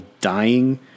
dying